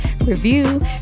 Review